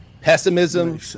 pessimism